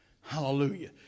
Hallelujah